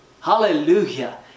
Hallelujah